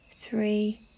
Three